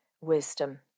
wisdom